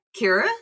Kira